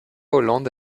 hollande